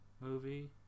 movie